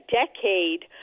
decade